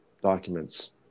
documents